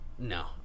No